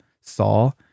Saul